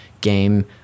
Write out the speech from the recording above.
game